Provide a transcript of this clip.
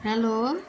hello